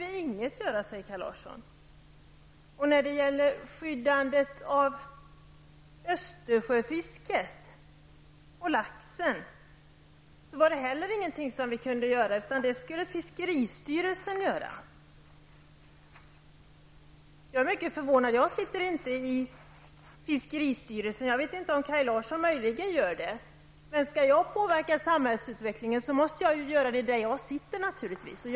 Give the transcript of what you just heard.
Vi kunde inte heller göra någonting för att skydda Östersjöfisket och laxen, utan det skulle fiskeristyrelsen sköta, fortsatte han. Jag är förvånad. Jag sitter inte i fiskeristyrelsen och jag vet inte om Kaj Larsson möjligen kan göra det. Om jag skall påverka samhällsutvecklingen, måste jag naturligtvis göra det utifrån min position.